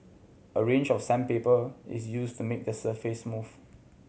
a range of sandpaper is used to make the surface smooth